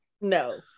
no